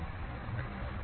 3 MPa 0